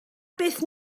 beth